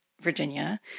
Virginia